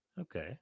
Okay